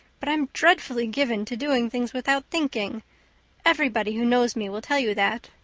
but i'm dreadfully given to doing things without thinking everybody who knows me will tell you that.